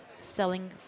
selling